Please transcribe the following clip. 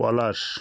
পলাশ